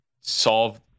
solve